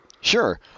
Sure